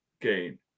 gain